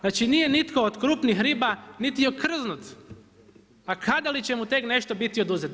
Znači, nije nitko od krupnih riba niti okrznut a kada li će mu tek nešto biti oduzeto.